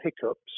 hiccups